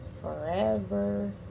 forever